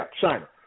China